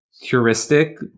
heuristic